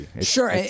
sure